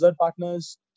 partners